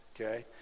okay